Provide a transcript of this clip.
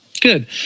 Good